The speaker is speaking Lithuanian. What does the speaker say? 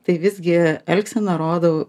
tai visgi elgsena rodo